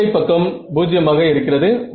இடது கைப்பக்கம் 0 ஆக இருக்கிறது